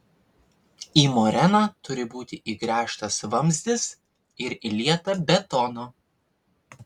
į moreną turi būti įgręžtas vamzdis ir įlieta betono